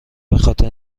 بخاطر